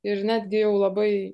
ir netgi jau labai